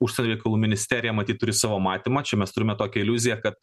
užsienio reikalų ministerija matyt turi savo matymą čia mes turime tokią iliuziją kad